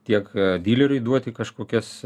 tiek dyleriui duoti kažkokias